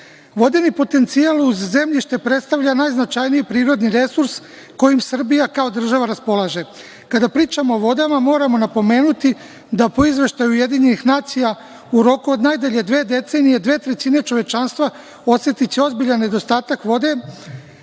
Vodeni potencijal uz zemljište predstavlja najznačajniji prirodni resurs kojim Srbija kao država raspolaže. Kada pričamo o vodama, moramo napomenuti da, po izveštaju UN, u roku od najdalje dve decenije dve trećine čovečanstva osetiće ozbiljan nedostatak vode.